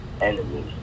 enemies